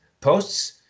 posts